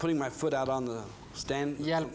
putting my foot out on the stand yeah